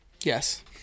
Yes